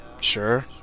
sure